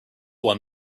one